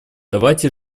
давайте